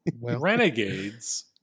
Renegades